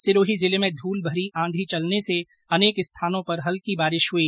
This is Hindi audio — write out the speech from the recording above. सिरोही जिले में धूलभरी आंधी चलने से अनेक स्थानों पर हल्की बारिश हुई